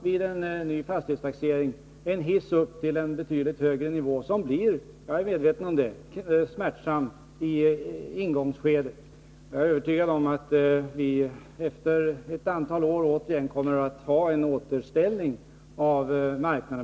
Vid en ny fastighetstaxering får man då en hiss upp till en ny nivå, som blir smärtsam i ingångsskedet — jag är medveten om det. Jag är övertygad om att vi om ett antal år kommer att ha en återställning av marknaden.